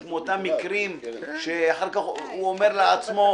כמו אותם מקרים שאחר כך הוא אומר לעצמו,